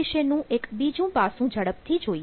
આ વિશેનું એક બીજું પાસું ઝડપથી જોઈએ